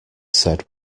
said